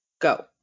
Go